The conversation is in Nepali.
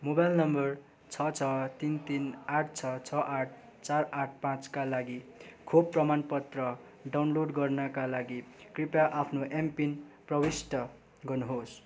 मोबाइल नम्बर छ छ तिन तिन आठ छ छ आठ चार आठ पाँचका लागि खोप प्रमाणपत्र डाउनलोड गर्नाका लागि कृपया आफ्नो एमपिन प्रविष्ट गर्नुहोस्